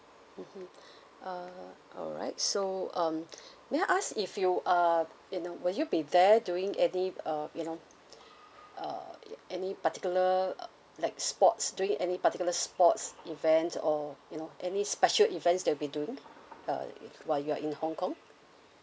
mmhmm uh alright so um may I ask if you uh you know will you be there doing any uh you know uh any particular like sports doing any particular sports events or you know any special events that you'll be doing uh while you're in hong kong